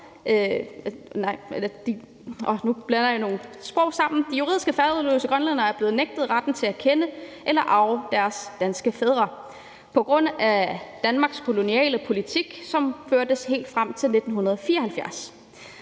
De juridisk faderløse grønlændere er blevet nægtet retten til at kende eller arve deres danske fædre på grund af Danmarks kolonipolitik, som førtes helt frem til 1974.